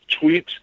tweet